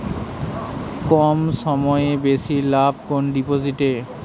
কম সময়ে বেশি লাভ কোন ডিপোজিটে?